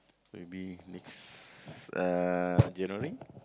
maybe next uh January